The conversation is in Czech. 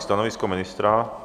Stanovisko ministra?